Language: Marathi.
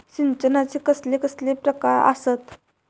सिंचनाचे कसले कसले प्रकार आसत?